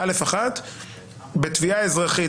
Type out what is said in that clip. "בתביעה אזרחית,